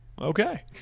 okay